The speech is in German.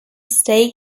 steak